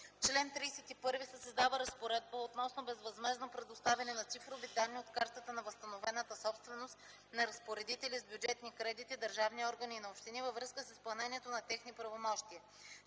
чл. 31 се създава разпоредба относно безвъзмездно предоставяне на цифрови данни от картата на възстановената собственост на разпоредители с бюджетни кредити – държавни органи и на общини, във връзка с изпълнението на техни правомощия.